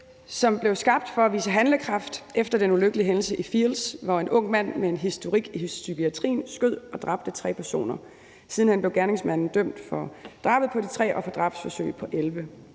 som blev skabt for at vise handlekraft efter den ulykkelige hændelse i Field's, hvor en ung mand med en historik i psykiatrien skød og dræbte 3 personer. Siden hen blev gerningsmanden dømt for drabet på de 3 og for drabsforsøg på 11.